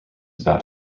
about